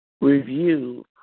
review